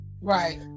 Right